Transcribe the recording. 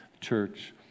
church